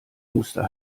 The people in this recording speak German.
muster